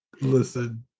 listen